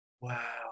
Wow